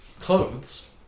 clothes